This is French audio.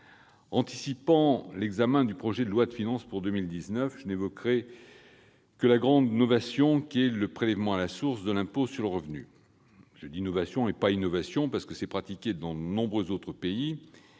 Anticipant l'examen du projet de loi de finances pour 2019, je n'évoquerai que la grande novation qu'est le prélèvement à la source de l'impôt sur le revenu. Je dis « novation », et non « innovation », parce que cette imposition est pratiquée dans de nombreux pays